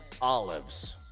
olives